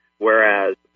whereas